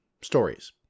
stories